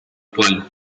actual